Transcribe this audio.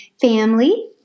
family